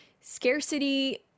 scarcity